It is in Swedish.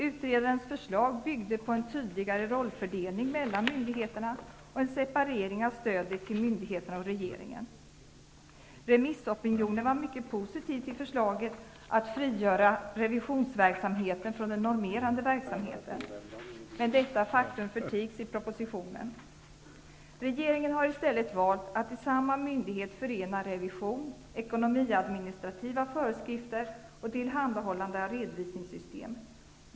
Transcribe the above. Utredarens förslag byggde på en tydligare rollfördelning mellan myndigheterna och en separering av stödet till myndigheterna och regeringen. Remissopinionen var mycket postitiv till förslaget att frigöra revisionsverksamheten från den normerande verksamheten. Detta faktum förtigs i propositionen. Regeringen har i stället valt att i samma myndighet förena revision, ekonomiadministrativa föreskrifter och tillhandahållande av redovisningssystem.